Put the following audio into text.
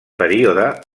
període